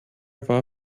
war